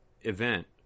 event